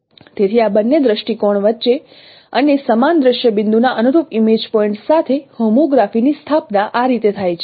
તેથી આ બંને દ્રષ્ટિકોણ વચ્ચે અને સમાન દ્રશ્ય બિંદુ ના અનુરૂપ ઇમેજ પોઇન્ટ્સ સાથે હોમોગ્રાફી ની સ્થાપના આ રીતે થાય છે